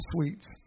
sweets